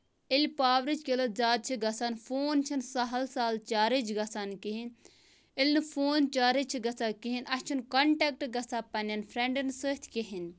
ییٚلہِ پاورٕچ قِلَت زیادٕ چھِ گَژھان فون چھِنہٕ سَہَل سَہل چارٕج گَژھان کِہیٖنۍ ییٚلہِ نہٕ فون چارٕج چھِ گَژھان کِہیٖنۍ اَسہِ چھِنہٕ کَنٹیٚکٹ گَژھان پَننٮ۪ن فرٮ۪نڈن سۭتۍ کِہیٖنۍ